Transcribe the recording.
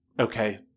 Okay